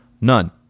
None